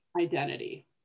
identity